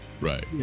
right